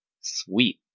Sweet